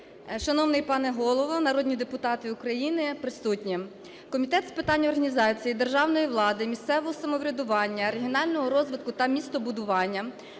Шановний пане Голово, народні депутати України, присутні! Комітет з питань організації державної влади, місцевого самоврядування, регіонального розвитку та містобудування